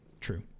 True